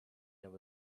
there